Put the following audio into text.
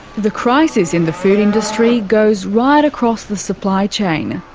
the crisis in the food industry goes right across the supply chain.